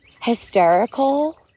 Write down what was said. hysterical